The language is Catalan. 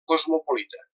cosmopolita